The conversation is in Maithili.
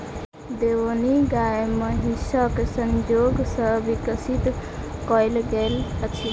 देओनी गाय महीसक संजोग सॅ विकसित कयल गेल अछि